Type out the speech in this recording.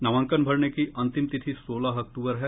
नामांकन भरने की अंतिम तिथि सोलह अक्टूबर है